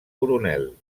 coronel